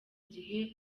gihe